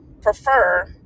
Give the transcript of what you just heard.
prefer